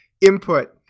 input